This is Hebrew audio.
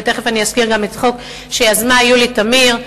ותיכף אני אזכיר גם את החוק שיזמה יולי תמיר,